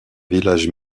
village